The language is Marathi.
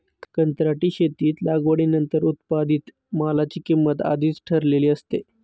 कंत्राटी शेतीत लागवडीनंतर उत्पादित मालाची किंमत आधीच ठरलेली असते